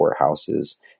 courthouses